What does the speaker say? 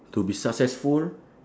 to be successful